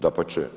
Dapače.